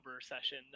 session